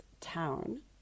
town